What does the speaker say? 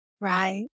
Right